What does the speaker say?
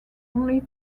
only